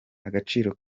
agaciro